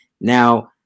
Now